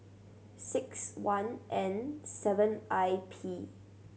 six one N seven I P